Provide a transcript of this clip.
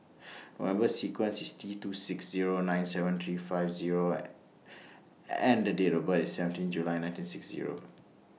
Number sequence IS T two six Zero nine seven three five Zero and Date of birth IS seventeen July nineteen six Zero